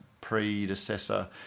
predecessor